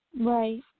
Right